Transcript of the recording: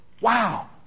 Wow